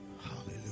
hallelujah